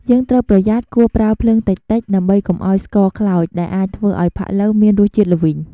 យើងត្រូវប្រយ័ត្នគួរប្រើភ្លើងតិចៗ ដើម្បីកុំឱ្យស្ករខ្លោច ដែលអាចធ្វើឱ្យផាក់ឡូវមានរសជាតិល្វីង។